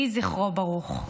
יהי זכרו ברוך.